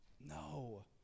No